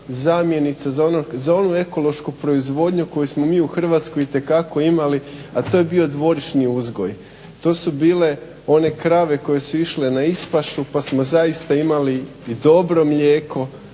zamjenica za onu ekološku proizvodnju koju smo mi u Hrvatskoj itekako imali, a to je bio dvorišni uzgoj. To su bile one krave koje su išle na ispašu pa smo zaista imali i dobro mlijeko.